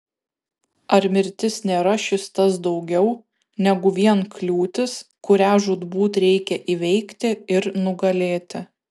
ar mirtis nėra šis tas daugiau negu vien kliūtis kurią žūtbūt reikia įveikti ir nugalėti